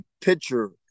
picture